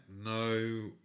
No